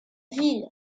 ville